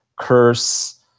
Curse